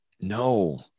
No